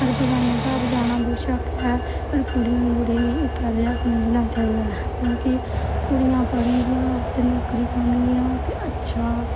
पर बगाने घर जाना बेशक ऐ पर कुडियें गी ते मुड़ें गी इक्कै जेहा समझना चाहिदा ऐ क्यूंकि कुडि़यां पढ़न गियां ते नौकरी करगं ते अच्छा